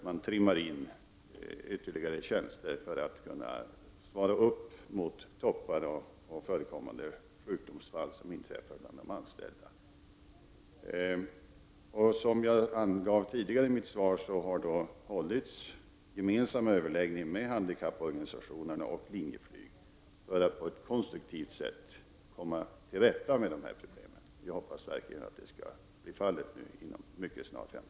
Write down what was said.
Man trimmar in ytterligare tjänster för att motsvara toppar i beställningsefterfrågan och även klara sjukdomsfall bland de anställda. Som jag nämnde i svaret har det hållits gemensamma överläggningar med handikapporganisationerna och Linjeflyg för att på ett konstruktivt sätt komma till rätta med problemen. Vi hoppas verkligen att så skall bli fallet inom en mycket snar framtid.